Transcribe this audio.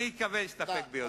אני אסתפק ביותר.